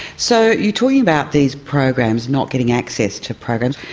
so you're talking about these programs, not getting access to programs.